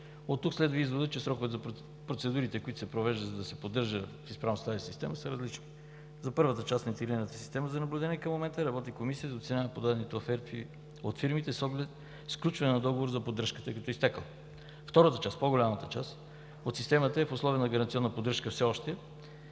От тук следва и изводът, че сроковете за процедурите, които се провеждат, за да се поддържа в изправност системата, са различни. За първата част на интегрираната система за наблюдение към момента работи комисия, която оценява подадените оферти от фирмите, с оглед сключване на договор за поддръжка, като изтекъл. Втората, по-голямата част от системата е в условия на гаранционна поддръжка все още